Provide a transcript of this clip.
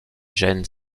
gènes